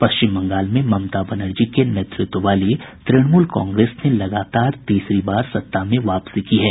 पश्चिम बंगाल में ममता बनर्जी के नेतृत्व वाली तृणमूल कांग्रेस ने लगातार तीसरी बार सत्ता में वापसी की है